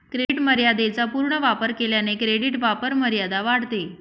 credit मर्यादेचा पूर्ण वापर केल्याने क्रेडिट वापरमर्यादा वाढते